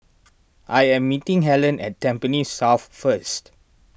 I am meeting Hellen at Tampines South first